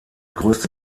größte